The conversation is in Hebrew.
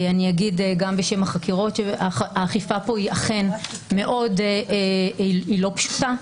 אני אגיד גם בשם החקירות שהאכיפה פה היא מאוד לא פשוטה,